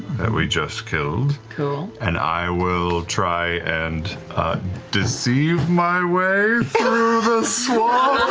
that we just killed, and i will try and deceive my way through the swamp,